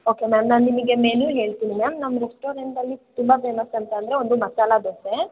okay ma'am ನಾನು ನಿಮಗೆ menu ಹೇಳ್ತೀನಿ ಮ್ಯಾಮ್ ನಮ್ಮ ರೆಸ್ಟೋರೆಂಟಲ್ಲಿ ತುಂಬ ಫೇಮಸ್ ಅಂತ ಅಂದರೆ ಒಂದು ಮಸಾಲೆ ದೋಸೆ